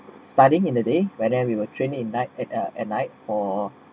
studying in the day and then we were trained in that uh at night for